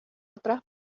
otras